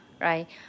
Right